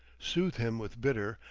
soothed him with bitter,